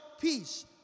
peace